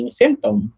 symptom